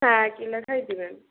হ্যাঁ একই লেখাই দেবেন